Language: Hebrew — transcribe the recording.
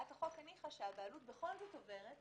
הצעת החוק הניחה שהבעלות בכל זאת עוברת,